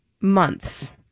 months